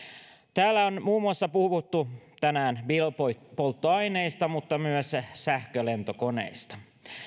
täällä on muun muassa puhuttu tänään biopolttoaineista mutta myös sähkölentokoneista